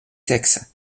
sexes